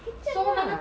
就将啦